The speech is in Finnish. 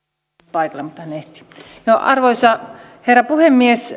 arvoisa herra puhemies